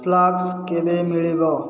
flask କେବେ ମିଳିବ